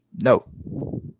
No